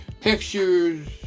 pictures